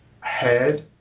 head